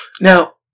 now